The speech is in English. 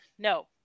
No